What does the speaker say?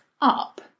up